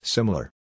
Similar